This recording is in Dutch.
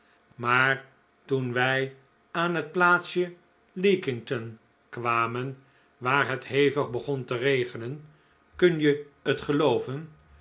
maar toen wij aan het plaatsje leakington kwamen waar het hevig begon te regenen kun je het gelooven